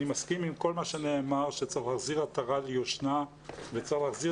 אני מסכים עם כל מה שנאמר שצריך להחזיר עטרה ליושנה וצריך להחזיר